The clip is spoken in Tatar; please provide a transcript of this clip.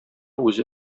үзе